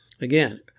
Again